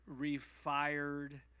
refired